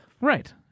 Right